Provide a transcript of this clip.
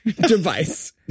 device